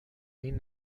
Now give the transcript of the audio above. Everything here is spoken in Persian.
این